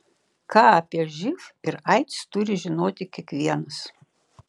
ką apie živ ir aids turi žinoti kiekvienas